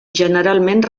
generalment